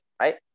right